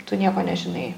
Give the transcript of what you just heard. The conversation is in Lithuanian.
tu nieko nežinai